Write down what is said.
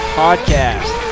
podcast